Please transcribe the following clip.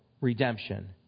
redemption